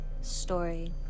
story